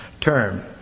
term